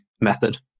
method